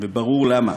וברור למה,